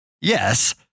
Yes